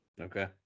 Okay